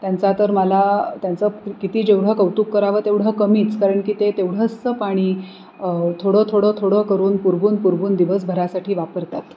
त्यांचा तर मला त्यांचं किती जेवढं कौतुक करावं तेवढं कमीच कारण की ते तेवढंसं पाणी थोडं थोडं थोडं करून पुरवून पुरवून दिवसभरासाठी वापरतात